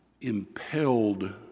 impelled